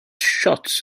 shots